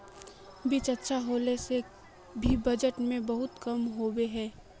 बीज अच्छा होला से भी वजन में बहुत कम होबे है?